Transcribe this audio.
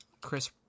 Chris